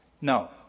No